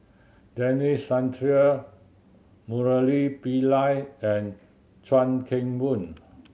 Denis Santry Murali Pillai and Chuan Keng Boon